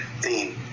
theme